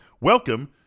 welcome